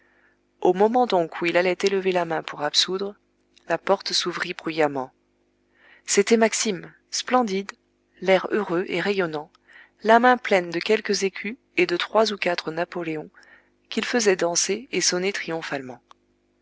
au moment donc où il allait élever la main pour absoudre la porte s'ouvrit bruyamment c'était maxime splendide l'air heureux et rayonnant la main pleine de quelques écus et de trois ou quatre napoléons qu'il faisait danser et sonner